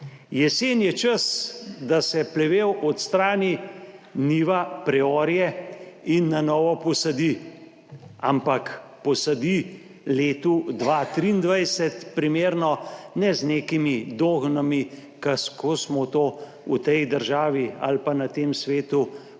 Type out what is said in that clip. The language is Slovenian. Jesen je čas, da se plevel odstrani, njiva preorje in na novo posadi. Ampak posadi letu 2023 primerno, ne z nekimi dogmami, kako smo to v tej državi ali pa na tem svetu počeli